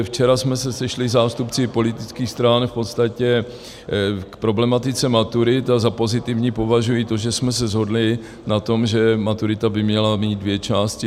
Včera jsme se sešli, zástupci politických stran, v podstatě k problematice maturit a za pozitivní považuji to, že jsme se shodli na tom, že maturita by měla mít dvě části.